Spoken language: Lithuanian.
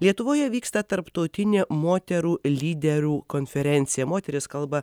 lietuvoje vyksta tarptautinė moterų lyderių konferencija moterys kalba